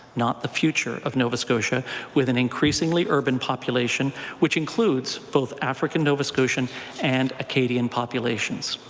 not the future of nova scotia with an increasingly urban population which includes both african nova scotian and acadian populations.